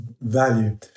value